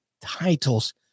titles